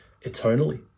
eternally